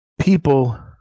people